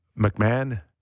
McMahon –